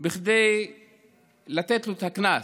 כדי לתת לו את הקנס,